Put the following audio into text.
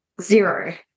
zero